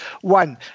One